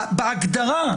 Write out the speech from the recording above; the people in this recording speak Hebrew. בהגדרה,